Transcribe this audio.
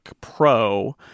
Pro